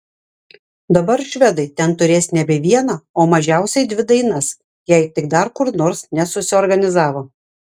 dabar švedai ten turės nebe vieną o mažiausiai dvi dainas jei tik dar kur nors nesusiorganizavo